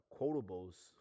quotables